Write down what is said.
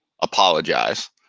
apologize